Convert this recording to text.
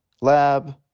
Lab